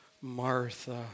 Martha